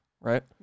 Right